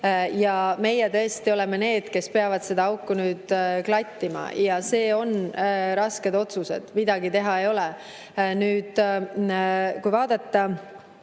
Ja meie tõesti oleme need, kes peavad nüüd seda auku klattima. Ja need on rasked otsused, midagi teha ei ole. Nüüd, kui vaadata